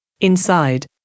Inside